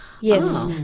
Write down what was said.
Yes